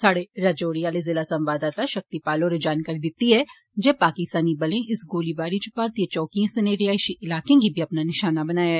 साढ़े राजौरी आले जिला संवाददाता शक्तिपाल होरें जानकारी दित्ती ऐ जे पाकिस्तानी बलें इस गोलीबारी च भारतीय चौकिए सनें रिहायशी इलाकें गी बी नशाना बनाया